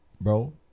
bro